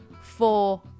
four